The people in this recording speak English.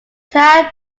town